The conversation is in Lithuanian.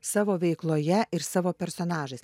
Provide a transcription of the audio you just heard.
savo veikloje ir savo personažais